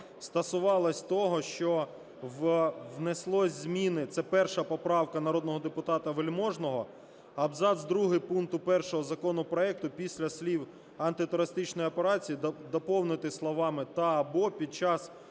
стосувалась того, що внесли зміни, це 1 поправка народного депутата Вельможного: абзац другий пункту 1 законопроекту після слів "антитерористичної операції" доповнити словами "та/або під час